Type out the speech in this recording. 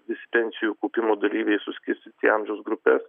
visi pensijų kaupimo dalyviai suskirstyti į amžiaus grupes